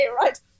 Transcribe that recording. right